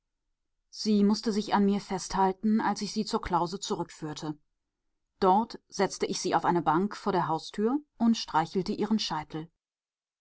sie mußte sich an mir festhalten als ich sie zur klause zurückführte dort setzte ich sie auf die bank vor der haustür und streichelte ihren scheitel